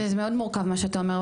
מורכב מה שאתה אומר,